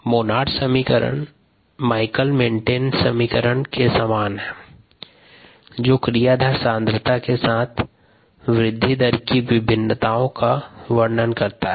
Monod समीकरण Michaelis Menten समीकरण के समान है जो क्रियाधार सांद्रता के साथ वृद्दि दर की विभिन्नताओं का वर्णन करता है